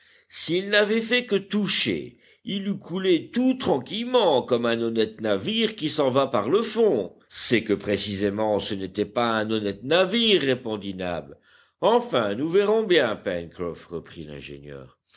s'il n'avait fait que toucher il eût coulé tout tranquillement comme un honnête navire qui s'en va par le fond c'est que précisément ce n'était pas un honnête navire répondit nab enfin nous verrons bien pencroff reprit l'ingénieur